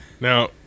Now